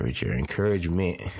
Encouragement